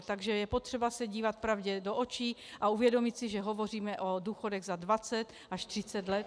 Takže je potřeba se dívat pravdě do očí a uvědomit si, že hovoříme o důchodech za 2 až 30 let.